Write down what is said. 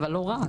אבל לא רק.